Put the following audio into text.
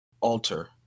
alter